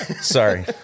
Sorry